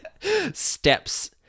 Steps